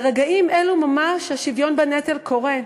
ברגעים אלה ממש השוויון בנטל קורה.